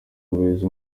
uburezi